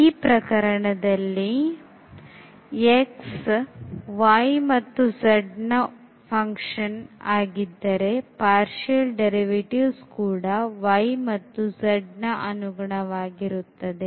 ಈ ಪ್ರಕರಣದಲ್ಲಿ x y ಮತ್ತು z ನ ಉತ್ಪನ್ನವಾಗಿ ಇದ್ದರೆ partial derivatives ಕೂಡ y ಮತ್ತು z ನ ಅನುಗುಣವಾಗಿರುತ್ತದೆ